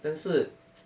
但是